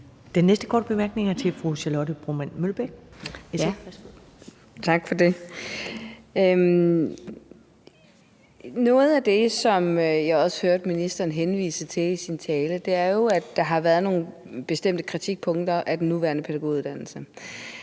Mølbæk, SF. Værsgo. Kl. 19:08 Charlotte Broman Mølbæk (SF): Tak for det. Noget af det, som jeg også hørte ministeren henvise til i sin tale, er jo, at der har været nogle bestemte kritikpunkter af den nuværende pædagoguddannelse